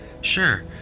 sure